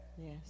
Yes